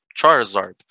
Charizard